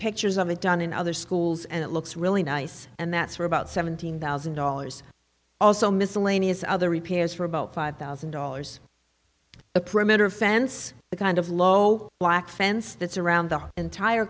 pictures of it done in other schools and it looks really nice and that's for about seventeen thousand dollars also miscellaneous other repairs for about five thousand dollars a perimeter fence the kind of low black fence that surround the entire